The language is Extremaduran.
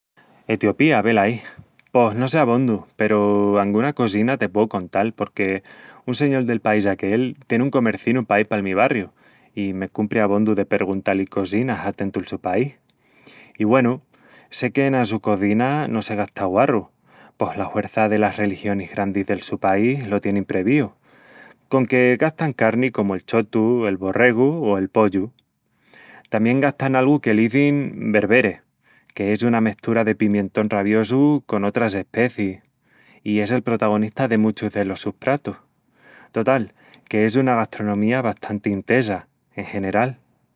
Etiopía, velaí!, Pos no sé abondu, peru anguna cosina te pueu contal porque un señol del país aquel tien un comercinu paí pal mi barriu i me cumpri abondu de perguntá-li cosinas a tentu'l su país. I güenu, sé que ena su cozina no se gasta guarru, pos la huerça delas religionis grandis del su país lo´tienin prebíu, conque gastan carni comu el chotu, el borregu o el pollu. Tamién gastan algu que l'izin "berbere", que es una mestura de pimientón raviosu con otras especiis, i es el protagonista de muchus delos sus pratus. Total, que es una gasrtonomía bastanti intesa, en general...